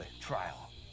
trial